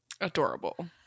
Adorable